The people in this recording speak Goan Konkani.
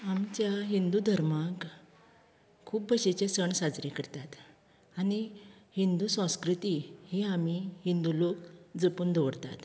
आमच्या हिंदू धर्मांत खूू भाशेचे सण साजरे करतात आनी हिंदू संस्कृती ही आमी हिंदू लोक जपून दवरतात